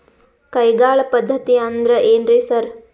ಕೈಗಾಳ್ ಪದ್ಧತಿ ಅಂದ್ರ್ ಏನ್ರಿ ಸರ್?